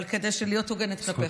אבל כדי להיות הוגנת כלפיך.